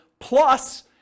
plus